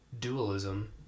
dualism